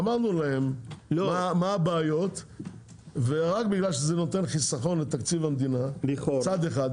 אמרנו להם מה הבעיות ורק בגלל שזה נותן חיסכון לתקציב המדינה מצד אחד.